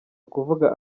ukuvuga